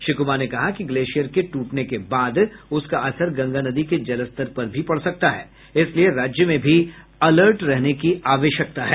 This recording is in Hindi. श्री कुमार ने कहा कि ग्लेशियर के टूटने के बाद उसका असर गंगा नदी के जलस्तर पर भी पड़ सकता है इसलिए राज्य में भी अलर्ट रहने की आवश्यकता है